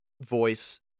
voice